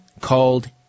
called